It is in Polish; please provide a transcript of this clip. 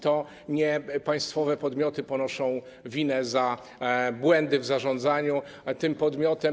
To nie państwowe podmioty ponoszą winę za błędy w zarządzaniu tym podmiotem.